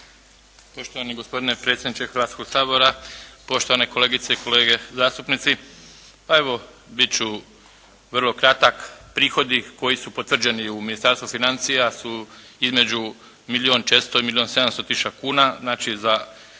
Poštovani gospodine predsjedniče Hrvatskog sabora, poštovane kolegice i kolege zastupnici. Pa evo, bit ću vrlo kratak. Prihodi koji su potvrđeni u Ministarstvu financija su između milijun 400 i milijun 700 tisuća kuna, znači, za